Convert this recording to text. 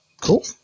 cool